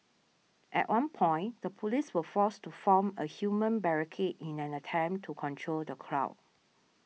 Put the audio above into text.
at one point the police were forced to form a human barricade in an attempt to control the crowd